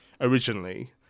originally